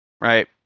right